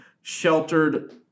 sheltered